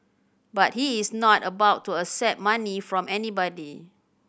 but he is not about to accept money from anybody